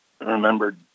remembered